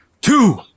two